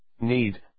need